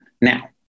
Now